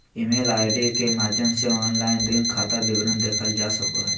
email ID के माध्यम से ऑनलाइन ऋण खाता विवरण देखल जा सको हय